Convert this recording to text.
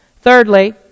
Thirdly